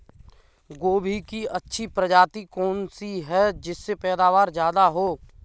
गोभी की अच्छी प्रजाति कौन सी है जिससे पैदावार ज्यादा हो?